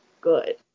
good